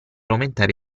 aumentare